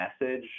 message